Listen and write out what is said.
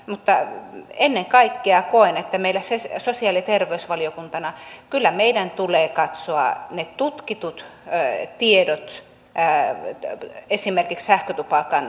mutta ennen kaikkea koen että kyllä meidän sosiaali ja terveysvaliokuntana tulee katsoa ne tutkitut tiedot esimerkiksi sähkötupakan terveyshaitoista